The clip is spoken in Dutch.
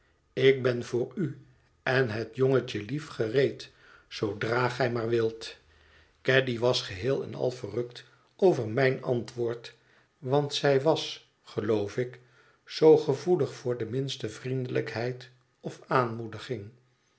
ik ben voor u en het jongetje lief gereed zoodra gij maar wilt caddy was geheel en al verrukt over mijn antwoord want zij was geloof ik zoo gevoelig voor de minste vriendelijkheid of aanmoediging